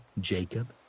Jacob